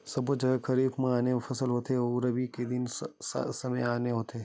सबो जघा खरीफ म आने फसल होथे अउ रबी के दिन बादर समे आने होथे